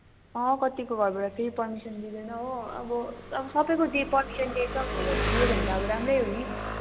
अँ कतिको घरबाट फेरि पर्मिसन दिँदैन हो अब सबैको दे पर्मिसन दिएछ भने त दियो भने त अब राम्रै हो नि